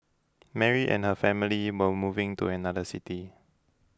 Mary and her family were moving to another city